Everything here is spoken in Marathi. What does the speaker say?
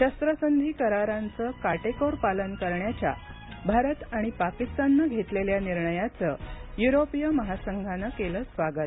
शस्त्रसंधी करारांचं काटेकोर पालन करण्याच्या भारत आणि पाकिस्ताननं घेतलेल्या निर्णयाचं युरोपीय महासंघानं स्वागत